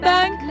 Bank